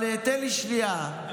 אבל תן לי שנייה.